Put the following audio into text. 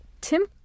Tim